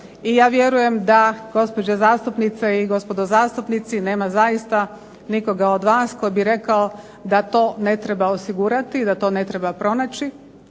i ja vjerujem da gospođe zastupnice i gospodo zastupnici nema zaista nikoga od vas tko bi rekao da to ne treba osigurati i da to ne treba pronaći.